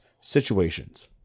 situations